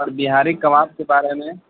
اور بہاری کباب کے بارے میں